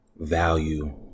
Value